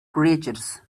creatures